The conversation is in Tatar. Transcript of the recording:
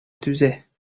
түзә